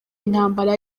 intambara